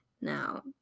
now